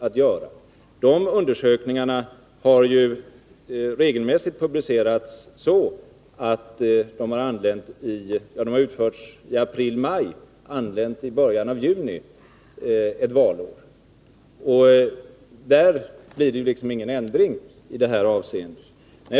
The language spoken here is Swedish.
De undersökningarna har ju regelmässigt utförts i april-maj och anlänt i början av juni ett valår. Någon ändring i det här avseendet blir det inte.